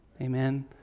Amen